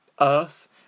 earth